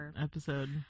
episode